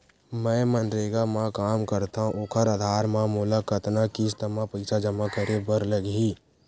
मैं मनरेगा म काम करथव, ओखर आधार म मोला कतना किस्त म पईसा जमा करे बर लगही?